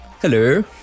Hello